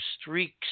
streaks